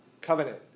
covenant